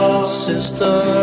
sister